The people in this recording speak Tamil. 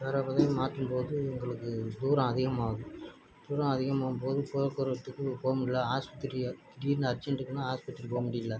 வேறு பாதையை மாற்றும் போது எங்களுக்கு தூரம் அதிகமாகுது தூரம் அதிகமாகும் போது போக்குவரத்துக்கு போமுடில்ல ஆஸ்பத்திரி திடீர்னு அர்ஜன்டுக்குன்னால் ஆஸ்பத்திரி போக முடியல